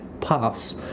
paths